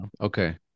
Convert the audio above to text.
Okay